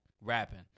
rapping